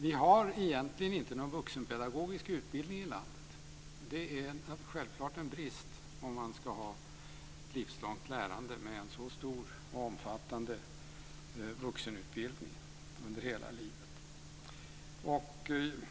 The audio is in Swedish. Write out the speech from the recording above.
Vi har egentligen inte någon vuxenpedagogisk utbildning i landet. Det är en brist, om man ska ha ett livslångt lärande med en så stor och omfattande vuxenutbildning under hela livet.